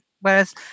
Whereas